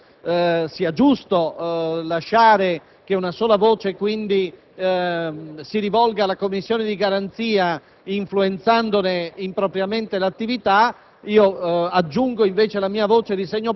quindi che non sia giusto lasciare che una sola voce si rivolga alla Commissione di garanzia influenzandone impropriamente l'attività.